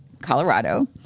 Colorado